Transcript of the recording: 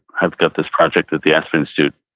i've got this project at the aspen institute,